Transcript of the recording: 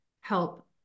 help